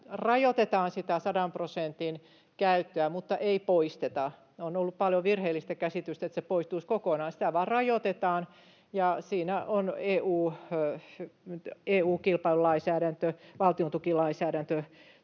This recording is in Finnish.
rajoitetaan sitä 100 prosentin käyttöä, mutta ei poisteta. On ollut paljon virheellistä käsitystä, että se poistuisi kokonaan, mutta sitä vain rajoitetaan. Siinä EU-kilpailulainsäädäntö, valtiontukilainsäädäntö